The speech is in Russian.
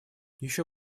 еще